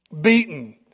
Beaten